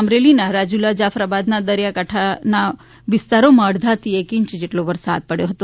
અમરેલીના રાજુલા જાફરાબાદના દરિયાકાંઠાના વિસ્તારોમાં અડધાથી એક ઇંચ વરસાદ પડ્યો હતો